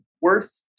worth